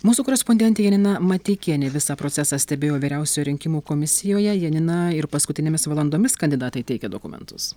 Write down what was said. mūsų korespondentė janina mateikienė visą procesą stebėjo vyriausioje rinkimų komisijoje janina ir paskutinėmis valandomis kandidatai teikė dokumentus